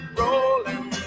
rolling